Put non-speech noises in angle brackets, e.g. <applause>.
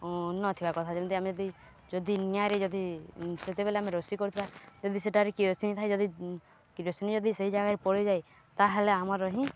ନଥିବା କଥା ଯେମିତି ଆମେ ଯଦି ନିଆଁରେ ଯଦି ସେତେବେଲେ ଆମେ ରୋଷେଇ କରୁଥିବା ଯଦି ସେଟାରେ କି <unintelligible> ଥାଏ ଯଦି କିରୋସନି ଯଦି ସେଇ ଜାଗାରେ ପଡ଼ିଯାଏ ତାହେଲେ ଆମର ହିଁ